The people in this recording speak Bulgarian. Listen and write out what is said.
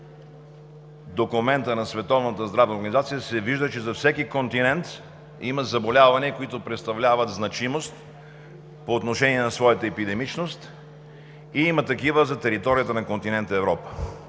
организация, се вижда, че за всеки континент има заболявания, които представляват значимост по отношение на своята епидемичност, има такива и за територията на континента Европа.